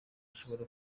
ishobora